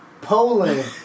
Poland